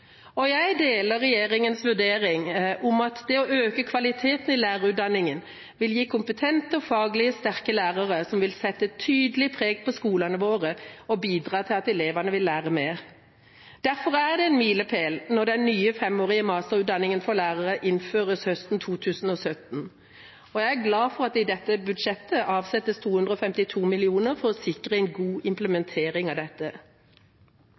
Jeg deler regjeringas vurdering om at det å øke kvaliteten i lærerutdanningen vil gi kompetente og faglig sterke lærere, som vil sette et tydelig preg på skolene våre og bidra til at elevene lærer mer. Derfor er det en milepæl når den nye femårige masterutdanningen for lærere innføres høsten 2017. Jeg er glad for at det i dette budsjettet avsettes 252 mill. kr for å sikre en god implementering av dette.